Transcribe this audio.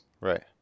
Right